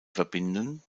verbinden